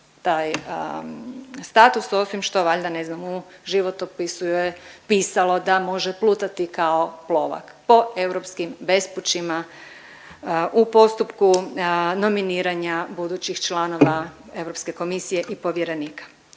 taj status osim što valjda ne znam u životopisu joj je pisalo da može plutati kao plovak po europskim bespućima u postupku nominiranja budućih članova Europske komisije i povjerenika,